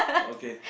okay